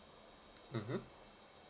mmhmm